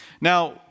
Now